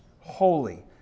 holy